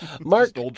Mark